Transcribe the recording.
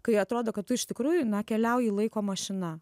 kai atrodo kad tu iš tikrųjų na keliauji laiko mašina